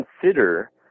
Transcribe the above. consider